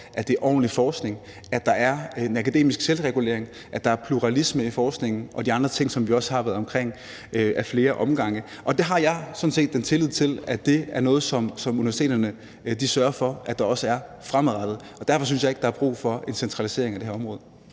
at det er ordentlig forskning, at der er en akademisk selvregulering, at der er pluralisme i forskningen, og de andre ting, som vi også har været omkring ad flere omgange. Der har jeg sådan set den tillid til universiteterne, at det er noget, universiteterne sørger for at der også er fremadrettet. Derfor synes jeg ikke, der er brug for en centralisering af det område.